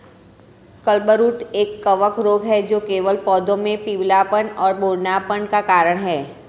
clubroot एक कवक रोग है जो केवल पौधों में पीलापन और बौनापन का कारण है